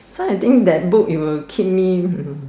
so I think that book it will keep me hmm